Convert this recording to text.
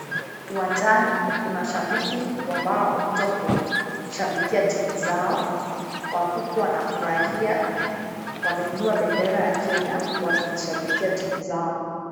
Uwanjani kuna shabiki ambao wamekuja kushabikia timu zao. Wamekuwa wanafurahia. Wameinua bendera ya Kenya wakizishabikia timu zao.